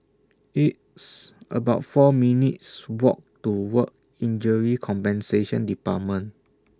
It's about four minutes' Walk to Work Injury Compensation department